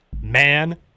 man